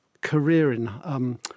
career-in